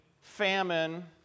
famine